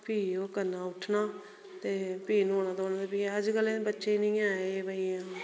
प्ही ओह् करना उट्ठना फ्ही न्हौना धोना फ्ही अजकल दे बच्चे नेईं है एह् भाई